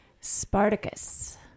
Spartacus